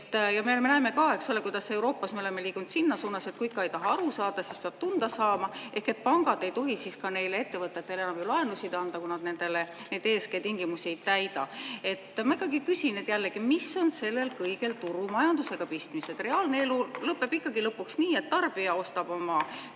ilma. Me näeme ka, kuidas Euroopas me oleme liikunud sinna suunas, et kui ikka ei taha aru saada, siis peab tunda saama, ehk et pangad ei tohi siis ka neile ettevõtetele enam laenusid anda, kui nad neid …. tingimusi ei täida. Ma ikkagi küsin jällegi, mis on sellel kõigel turumajandusega pistmist. Reaalne elu lõpeb ikkagi lõpuks nii, et tarbija ostab oma